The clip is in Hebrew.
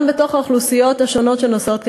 גם בתוך האוכלוסיות השונות שנוסעות,